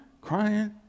crying